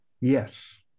Yes